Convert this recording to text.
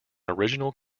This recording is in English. original